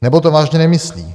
Nebo to vážně nemyslí.